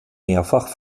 mehrfach